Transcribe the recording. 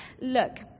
Look